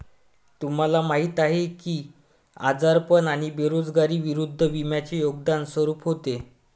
तुम्हाला माहीत आहे का की आजारपण आणि बेरोजगारी विरुद्ध विम्याचे योगदान स्वरूप होते?